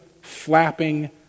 flapping